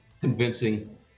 convincing